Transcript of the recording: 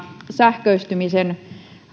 sähköistymisen